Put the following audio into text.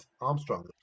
Armstrong